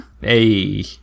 Hey